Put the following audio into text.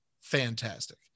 fantastic